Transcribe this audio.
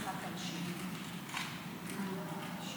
יש